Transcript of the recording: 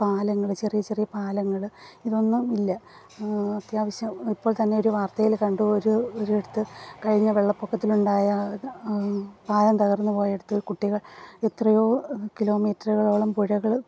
പാലങ്ങള് ചെറിയ ചെറിയ പാലങ്ങള് ഇതൊന്നും ഇല്ല അത്യാവശ്യം ഇപ്പോൾ തന്നെ ഒരു വാർത്തയില് കണ്ടു ഒരു ഒരിടത്ത് കഴിഞ്ഞ വെള്ളപ്പൊക്കത്തിലുണ്ടായ പാലം തകർന്ന് പോയിടത്ത് കുട്ടികൾ എത്രയോ കിലോമീറ്ററുകളോളം പുഴകള്